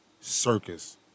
circus